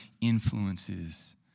influences